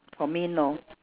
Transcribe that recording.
for me no